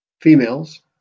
females